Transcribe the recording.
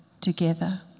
together